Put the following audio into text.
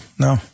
no